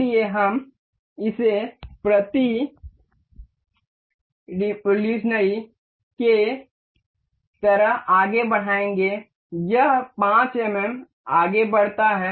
इसलिए हम इसे प्रति क्रांति की तरह आगे बढ़ाएंगे यह 5 एमएम आगे बढ़ता है